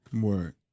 Word